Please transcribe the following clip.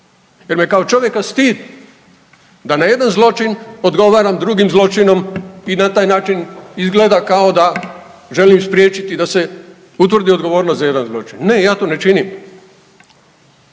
jer me kao čovjeka stid da na jedan zločin odgovaram drugim zločinom i na taj način izgleda kao da želim spriječiti da se utvrdi odgovornost za jedan zločin. Ne ja to ne činim.